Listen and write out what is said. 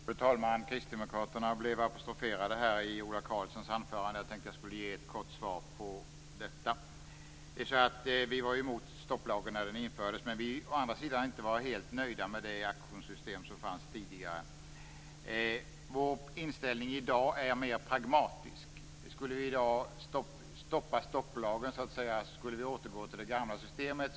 Fru talman! Kristdemokraterna blev apostroferade i Ola Karlssons anförande. Jag tänkte att jag skulle ge ett kort svar på detta. Vi var emot stopplagen när den infördes, men å andra sidan har vi inte varit helt nöjda med det auktionssystem som fanns tidigare heller. Vår inställning i dag är mer pragmatisk. Om vi skulle stoppa stopplagen i dag skulle vi återgå till det gamla systemet.